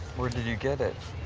where did you get it?